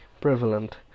prevalent